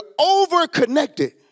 over-connected